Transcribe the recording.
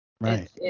Right